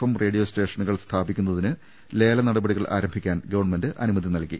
M radio സ്റ്റേഷനുകൾ സ്ഥാപിക്കു ന്നതിന് ലേല നടപടികൾ ആരംഭിക്കാൻ ഗവൺമെന്റ് അനുമതി നൽകി